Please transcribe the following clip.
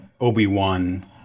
Obi-Wan